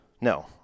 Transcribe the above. No